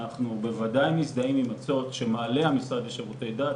אנחנו בוודאי מזדהים עם הצורך שמעלה המשרד לשירותי דת,